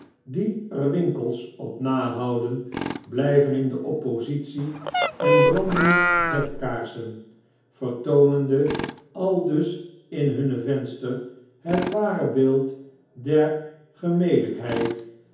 die er winkels op nahouden bljjven in de oppositie en branden vetkaarsen vertoonende aidus in hunne vensters het ware beeld der